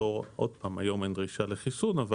עוד פעם היום אין דרישה לחיסון,